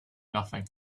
nothing